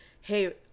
hey